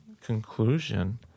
conclusion